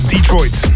Detroit